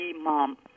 mom